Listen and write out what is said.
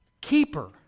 Keeper